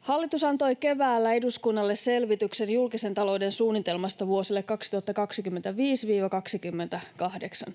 Hallitus antoi keväällä eduskunnalle selvityksen julkisen talouden suunnitelmasta vuosille 2025—28.